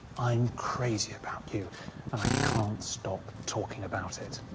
i'm crazy about you and i can't stop talking about it.